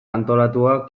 antolatua